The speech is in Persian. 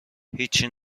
هیچچی